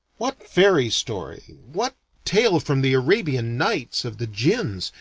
what fairy story, what tale from the arabian nights of the jinns,